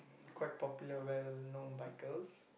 quite popular well known by girls